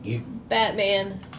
Batman